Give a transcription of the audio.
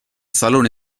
salone